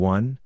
One